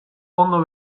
ondo